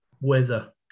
weather